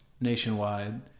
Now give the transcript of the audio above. nationwide